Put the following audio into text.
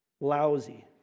lousy